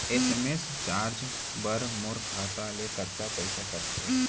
SMS charge बर मोर खाता ले कतका पइसा कटथे?